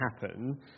happen